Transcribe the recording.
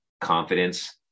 confidence